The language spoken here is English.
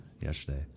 yesterday